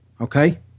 okay